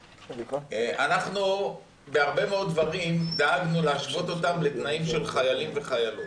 אנחנו בהרבה מאוד דברים דאגנו להשוות אותם לתנאים של חיילים וחיילות.